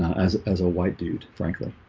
as as a white dude, frankly